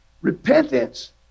Repentance